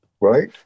right